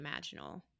imaginal